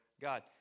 God